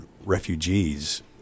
refugees